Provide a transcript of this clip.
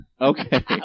Okay